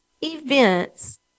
events